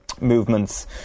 movements